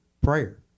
prayer